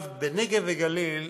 בנגב וגליל,